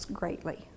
greatly